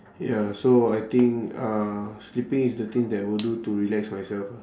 ya so I think uh sleeping is the thing that will do to relax myself ah